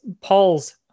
Paul's